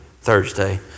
Thursday